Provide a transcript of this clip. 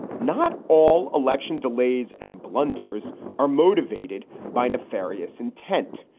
not all election delays and blunders are motivated by nefarious intent.